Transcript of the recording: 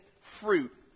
fruit